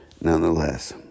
nonetheless